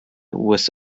was